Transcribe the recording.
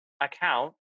account